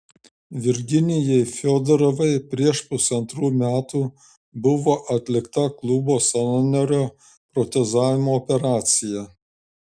virginijai fiodorovai prieš pusantrų metų buvo atlikta klubo sąnario protezavimo operacija